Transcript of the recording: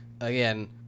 Again